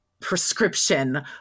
prescription